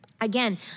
Again